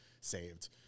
saved